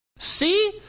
See